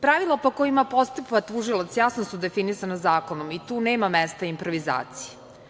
Pravilo po kojima postupa tužilac jasno su definisana zakonom i tu nema mesta improvizaciji.